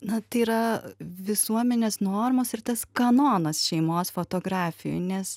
na tai yra visuomenės normos ir tas kanonas šeimos fotografijoj nes